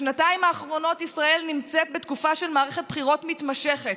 בשנתיים האחרונות ישראל נמצאת בתקופה של מערכת בחירות מתמשכת.